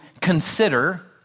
consider